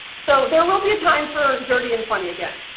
so there will be a time for dirty and funny again.